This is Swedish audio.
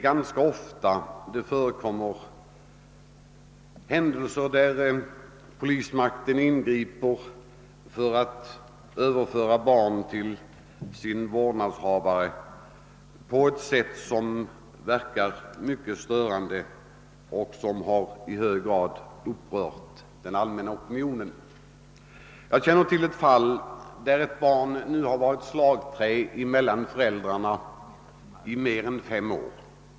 Ganska ofta förekommer händelser, där polismakten ingriper för att överföra barn till deras vårdnadshavare på ett sätt som verkar mycket störande och som i hög grad har upprört den allmänna opinionen. Jag känner till ett fall, där ett barn nu har varit ett slagträ mellan föräldrarna i mer än fem år.